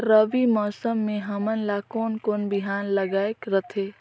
रबी मौसम मे हमन ला कोन कोन बिहान लगायेक रथे?